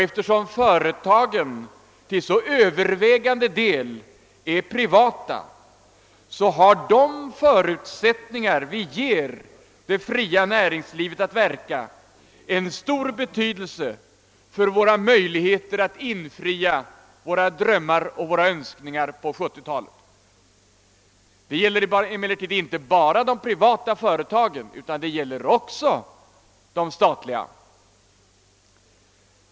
Eftersom företagen till övervägande del är privata, har de förutsättningar vi ger det fria näringslivet att verka stor betydelse för våra möjligheter att infria våra drömmar och våra önskningar på 1970 talet. Det gäller emellertid inte bara de privata företagen, utan det gäller också de statliga.